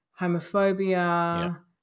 homophobia